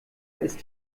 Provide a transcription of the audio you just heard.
ist